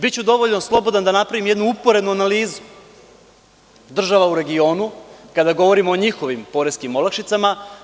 Biću dovoljno slobodan da napravim jednu uporednu analizu država u regionu, kada govorimo o njihovim poreskim olakšicama.